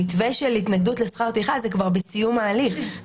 המתווה של התנגדות לשכר טרחה, זה כבר בסיום ההליך.